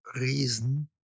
reason